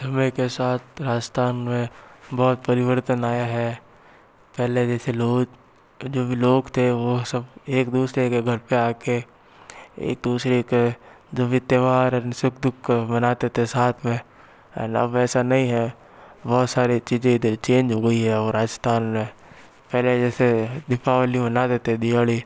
समय के साथ राजस्थान में बहुत परिवर्तन आया है पहले जैसे लोग जो भी लोग थे वो सब एक दूसरे के घर पर आकर एक दूसरे के जो भी त्योहार सुख दुःख का मनाते थे साथ में ऐंड अब ऐसा नहीं है बहुत सारी चीज़ें इधर चेंज हो गई हैं और राजस्थान में पहले जैसे दीपावली मनाते थे दिवाली